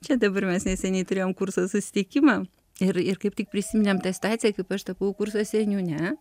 čia dabar mes neseniai turėjom kurso susitikimą ir ir kaip tik prisiminėm tą situaciją kaip aš tapau kurso seniūne